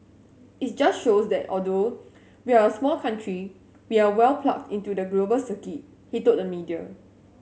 it just shows that although we're a small country we're well plugged into the global circuit he told the media